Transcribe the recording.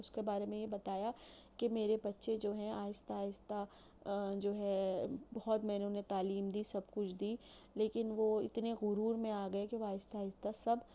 اُس کے بارے میں یہ بتایا کہ میرے بچے جو ہیں آہستہ آہستہ جو ہے بہت میں نے اُنہوں تعلیم دی سب کچھ دی لیکن وہ اتنے غرور میں آ گئے کہ وہ آہستہ آہستہ سب